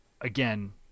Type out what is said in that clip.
again